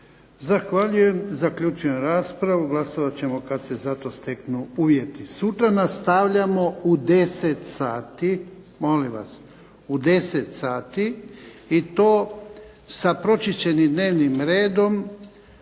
Zahvaljujem. Zaključujem raspravu, glasovat ćemo kad se za to steknu uvjeti. Sutra nastavljamo u 10 sati, molim vas, u 10 sati i to sa pročišćenim dnevnim redom